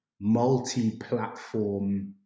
multi-platform